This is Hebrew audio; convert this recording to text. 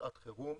לשעת חירום,